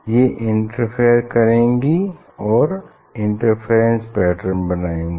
ये इंटरफेयर करेंगी और इंटरफेरेंस पैटर्न बनाएंगी